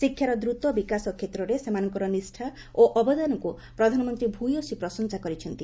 ଶିକ୍ଷାର ଦ୍ରତ ବିକାଶ କ୍ଷେତ୍ରରେ ସେମାନଙ୍କର ନିଷ୍ଠା ଓ ଅବଦାନକୁ ପ୍ରଧାନମନ୍ତ୍ରୀ ଭ୍ୟୁସୀ ପ୍ରଶଂସା କରିଛନ୍ତି